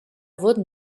wurden